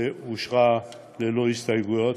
ואושרה ללא הסתייגויות.